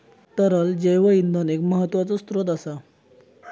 तरल जैव इंधन एक महत्त्वाचो स्त्रोत असा